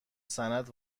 سند